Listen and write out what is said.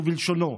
ובלשונו: